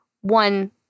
one